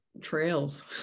trails